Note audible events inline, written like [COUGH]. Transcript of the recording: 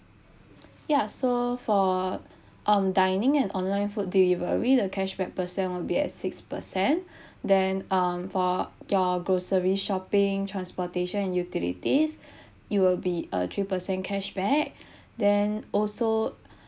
ya so for on dining and online food delivery the cashback percent will be at six percent [BREATH] then um for your grocery shopping transportation and utilities [BREATH] it will be a three percent cashback [BREATH] then also [BREATH]